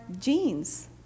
genes